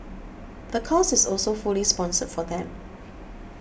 the course is also fully sponsored for them